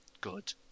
good